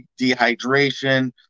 dehydration